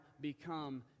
become